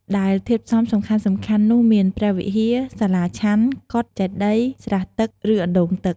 ដែលធាតុផ្សំសំខាន់ៗនោះមាន ព្រះវិហារ សាលាឆាន់ កុដិ ចេតិយ ស្រះទឹក ឬអណ្ដូងទឹក ។